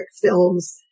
films